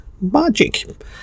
Magic